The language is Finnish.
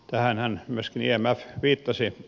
tähänhän myöskin imf viittasi